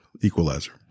Equalizer